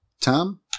Tom